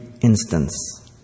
instance